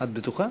את בטוחה?